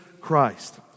Christ